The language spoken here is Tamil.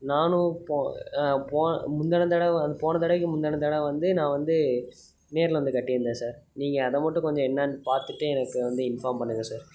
நானும் போ போன முந்தின தடவை அது போன தடவைக்கு முந்தின தடவை வந்து நான் வந்து நேரில் வந்து கட்டியிருந்தேன் சார் நீங்கள் அதை மட்டும் கொஞ்சம் என்னன்னு பார்த்துட்டு எனக்கு வந்து இன்ஃபார்ம் பண்ணுங்கள் சார்